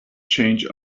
change